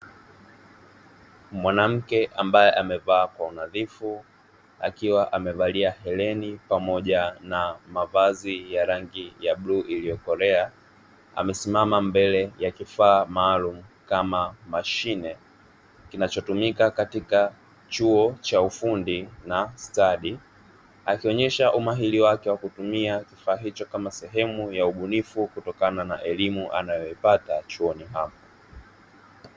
Mwanamke ambaye amevaa kwa unadhifu, akiwa amevalia heleni pamoja na mavazi ya rangi ya buluu iliyokolea. Amesimama mbele ya kifaa maalumu kama mashine, kinachotumika katika chuo cha ufundi na stadi akionyesha umahiri wake wa kutumia kifaa hicho kama sehemu ya ubunifu, kutokana na elimu anayoipata chuoni hapo.